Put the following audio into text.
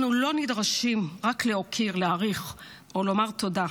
אנחנו לא נדרשים רק להוקיר, להעריך או לומר תודה,